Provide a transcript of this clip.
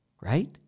right